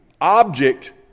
object